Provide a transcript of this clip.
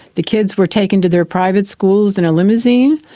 the kids were taken to their private schools in a limousine.